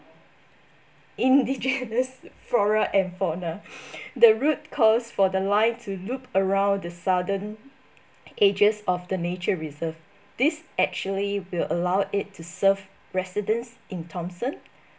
indigenous flora and fauna the route calls for the line to loop around the southern edges of the nature reserve this actually will allow it to serve residents in thomson